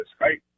right